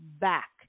back